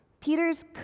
Peters